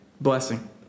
Blessing